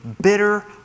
bitter